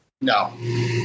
No